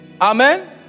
Amen